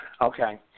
Okay